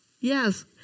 yes